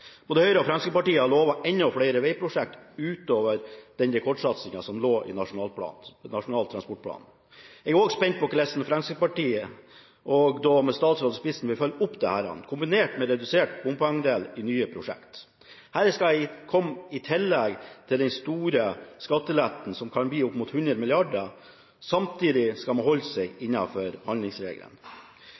Både Høyre og Fremskrittspartiet lovet enda flere veiprosjekter utover den rekordsatsingen som lå i Nasjonal transportplan. Jeg er spent på hvordan Fremskrittspartiet – med statsråden i spissen – vil følge opp dette kombinert med redusert bompengeandel i nye prosjekter. Dette skal komme i tillegg til den store skatteletten som kan bli opp mot 100 mrd. kr. Samtidig skal man holde seg innenfor handlingsregelen.